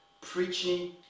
preaching